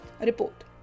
report